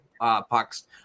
pucks